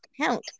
count